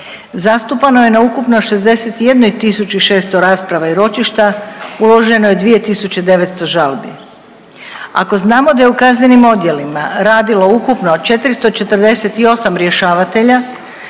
Zastupano je na ukupno 61 tisući 600 rasprava i ročišta. Uloženo je 2 tisuće 900 žalbi. Ako znamo da je u kaznenim odjelima radilo ukupno 448 rješavatelja